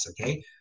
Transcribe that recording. okay